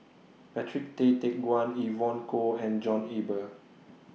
Patrick Tay Teck Guan Evon Kow and John Eber